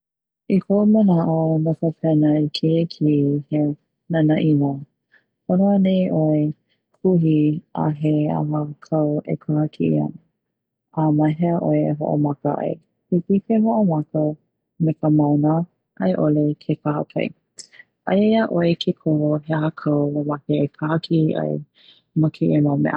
I koʻu manaʻo no ka pena i keia kiʻi he nanaina pono anei ʻoe e kuhi a he aha kau e kahakiʻi ana a mahea ʻoe e hoʻomaka ai. Hiki ke hoʻomaka me ka mauna aiʻole ke kahakai, aia iaʻoe ke kumu, he aha kau mamake e kahakiʻi ai ma keia mau mea.